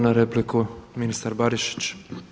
na repliku, ministar Barišić.